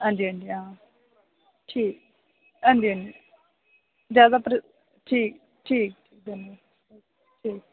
हां जी हां ठीक हां जी हां जी जा ता ठीक ठीक